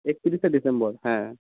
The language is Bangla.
একত্রিশে ডিসেম্বর হ্যাঁ